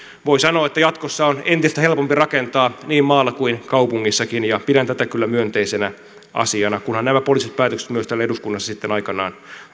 voi sanoa että jatkossa on entistä helpompi rakentaa niin maalla kuin kaupungissakin ja pidän tätä kyllä myönteisenä asiana kunhan nämä poliittiset päätökset myös täällä eduskunnassa sitten aikanaan